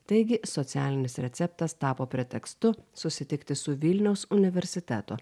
taigi socialinis receptas tapo pretekstu susitikti su vilniaus universiteto